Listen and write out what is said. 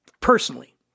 personally